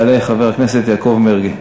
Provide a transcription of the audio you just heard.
יעלה חבר הכנסת יעקב מרגי.